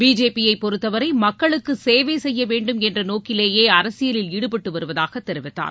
பிஜேபியைப் பொறுத்தவரை மக்களுக்கு சேவை செய்ய வேண்டும் என் நோக்கிலேயே அரசியலில் ஈடுபட்டு வருவதாக தெரிவித்தார்